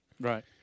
Right